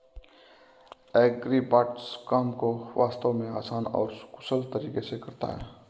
agribots काम को वास्तव में आसान और कुशल तरीके से करता है